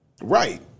right